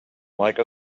like